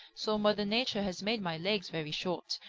so mother nature has made my legs very short.